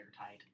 airtight